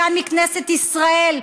כאן מכנסת ישראל,